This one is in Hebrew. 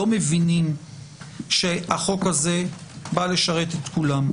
לא מבינים שהחוק הזה בא לשרת את כולם.